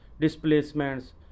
displacements